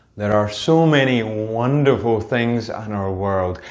there are so many wonderful things in our world,